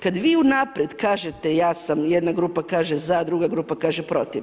Kad vi unaprijed kažete ja sam jedna grupa kaže za, druga grupa kaže protiv.